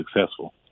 successful